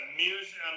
music